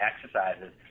exercises